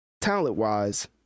talent-wise